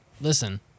listen